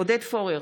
עודד פורר,